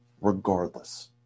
regardless